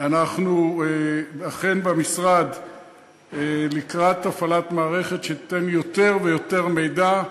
אנחנו אכן במשרד לקראת הפעלת מערכת שתיתן יותר ויותר מידע.